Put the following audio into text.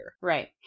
right